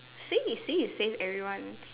see you say he save everyone